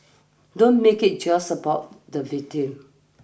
don't make it just about the victim